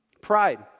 Pride